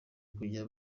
kujya